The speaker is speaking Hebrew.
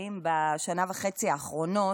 בשנה וחצי האחרונות,